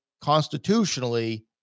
constitutionally